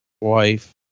wife